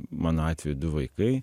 mano atveju du vaikai